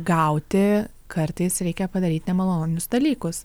gauti kartais reikia padaryt nemalonius dalykus